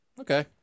Okay